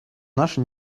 наши